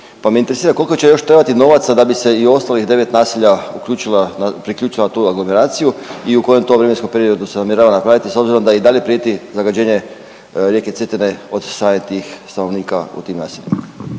pa me interesira, koliko će još trebati novaca da bi se i ostalih 9 naselja priključila na tu aglomeraciju i u kojem to vremenskom periodu se namjerava napraviti s obzirom da i dalje prijeti zagađenje rijeke Cetine od samih tih stanovnika u tim naseljima.